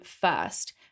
first